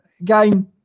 again